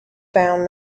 found